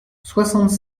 soixante